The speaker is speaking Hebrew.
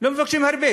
לא מבקשים הרבה.